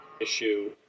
issue